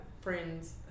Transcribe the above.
friends